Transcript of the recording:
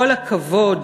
כל הכבוד",